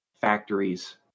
factories